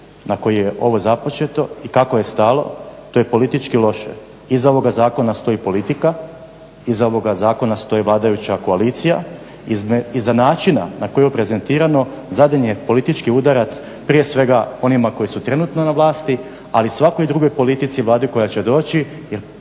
na koji je ovo započeto i kako je stalo, to je politički loše. Iza ovoga zakona stoji politika, iza ovoga zakona stoji vladajuća koalicija, iza načina na koju je prezentirano zadan je politički udarac prije svega onima koji su trenutno na vlasti ali i svakoj drugoj politici i vladi koja će doći